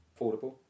affordable